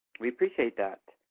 we appreciate that.